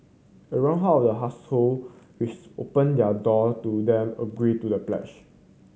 around half of the household which opened their door to them agreed to the pledge